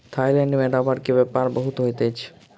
Thailand में रबड़ के व्यापार बहुत होइत अछि